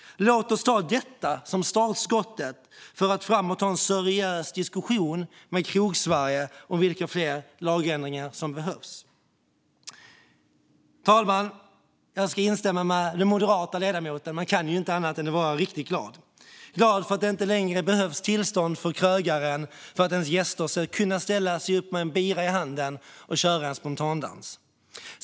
Låt oss ta detta som startskottet för att framåt ha en seriös diskussion med Krogsverige om vilka fler lagändringar som behövs. Herr talman! Jag ska instämma med den moderata ledamoten - man kan inte vara annat än riktigt glad för att det inte längre behövs tillstånd för krögaren för att ens gäster ska kunna ställa sig upp med en bira i handen och köra en spontandans.